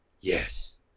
Yes